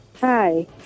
Hi